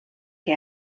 que